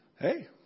hey